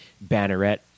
Banneret